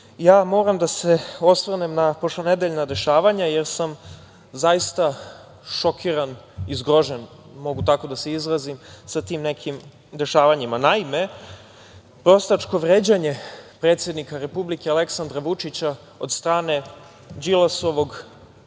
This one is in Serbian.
državu. Moram da se osvrnem na prošlonedeljna dešavanja, jer sam zaista šokiran i zgrožen, mogu tako da se izrazim sa tim nekim dešavanjima. Naime, prostačko vređanje predsednika Republike Aleksandra Vučića od strane Đilasovog